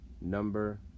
number